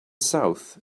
south